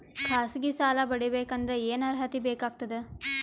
ಖಾಸಗಿ ಸಾಲ ಪಡಿಬೇಕಂದರ ಏನ್ ಅರ್ಹತಿ ಬೇಕಾಗತದ?